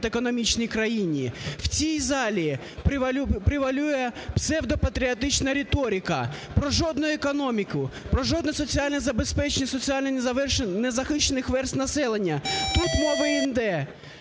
економічній країні. В цій залі привалює псевдо патріотична риторика, про жодну економіку, про жодне соціальне забезпечення соціально незахищених верств населення, тут мова йде,